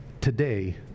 today